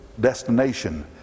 destination